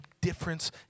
difference